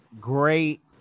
great